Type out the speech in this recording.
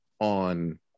on